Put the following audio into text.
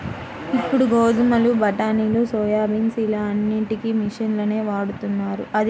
ఇప్పుడు గోధుమలు, బఠానీలు, సోయాబీన్స్ ఇలా అన్నిటికీ మిషన్లనే వాడుతున్నారు